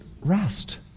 rest